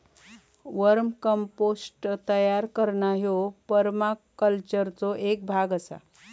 वर्म compost तयार करणा ह्यो परमाकल्चरचो एक भाग आसा